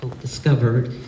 discovered